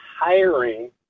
hiring